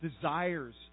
desires